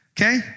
Okay